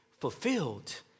fulfilled